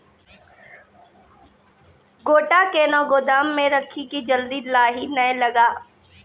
गोटा कैनो गोदाम मे रखी की जल्दी लाही नए लगा?